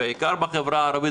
בוקר טוב.